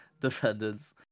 Defendants